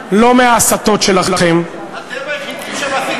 לא מההסתות שלכם, אתם היחידים שמסיתים.